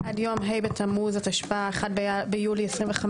עד יום ה' בתמוז התשפ"ה (1 ביולי 2025),